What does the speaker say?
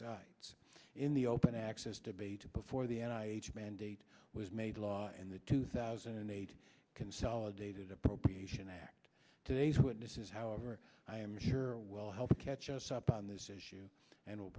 sides in the open access debate before the n i mandate was made law and the two thousand and eight consolidated appropriations act today's witnesses however i am sure will help catch us up on this issue and w